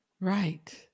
Right